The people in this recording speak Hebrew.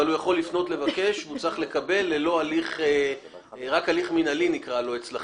אבל הוא יכול לפנות לבקש והוא צריך לקבל רק בהליך מינהלי אצלכם,